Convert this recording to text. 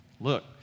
Look